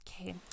okay